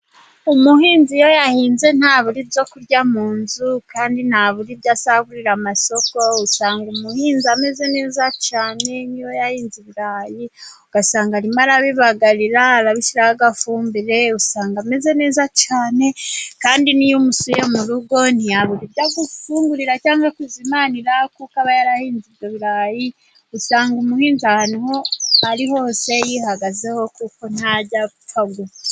Umuhinzi iyo yahinze ntabura ibyo kurya mu nzu kandi ntabura ibyo asagurira amasoko, usanga umuhinzi ameze neza cyane n'iyo yahinze ibirayi ugasanga arimo arabibagarira arabishyiraho agafumbire. Usanga ameze neza cyane kandi n'iyo umusubiye mu rugo ntiyabura ibyo agufungurira cyangwa akuzimanira kuko aba yarahinze ibyo birayi. Usanga umuhinzi ahantu ari hose yihagazeho kuko ntajya apfa gupfa.